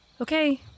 Okay